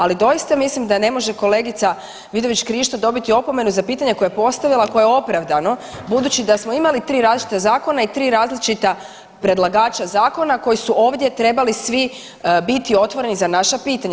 Ali, doista mislim da ne može kolegica Vidović Krišto dobiti opomenu za pitanje koje je postavila koje je opravdano, budući da smo imali 3 različita zakona i 3 različita predlagača zakona koji su ovdje trebali svi biti otvoreni za naša pitanja.